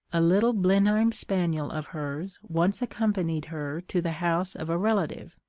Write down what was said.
a little blenheim spaniel of hers once accompanied her to the house of a relative,